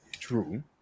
True